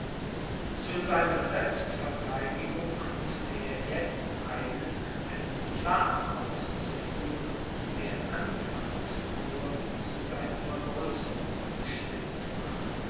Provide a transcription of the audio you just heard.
zu seiner selbstvertheidigung mußte er jetzt eilen einen plan auszuführen der anfangs nur zu seiner vergrößerung bestimmt war